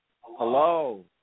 Hello